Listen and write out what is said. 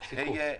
סיכום.